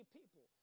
people